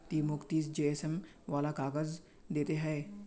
ती मौक तीस जीएसएम वाला काग़ज़ दे ते हैय्